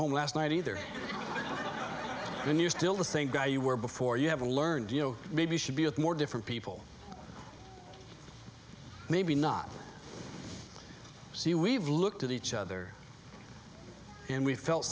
home last night either and you're still the same guy you were before you have learned you know maybe you should be with more different people maybe not see we've looked at each other and we felt